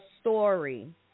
story